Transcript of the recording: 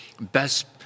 best